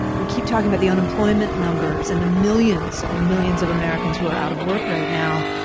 we keep talking about the unemployment numbers and the millions and millions of americans who are out of work right now.